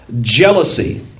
jealousy